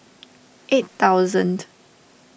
eight thousandth